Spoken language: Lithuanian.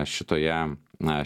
šitoje na